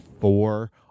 four